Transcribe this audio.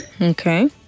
Okay